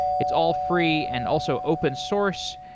it's all free and also open-source.